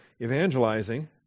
evangelizing